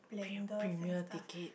pre~ premier ticket